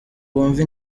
wumve